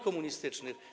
komunistycznych.